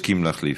הסכים להחליף,